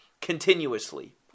continuously